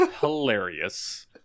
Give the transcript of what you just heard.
hilarious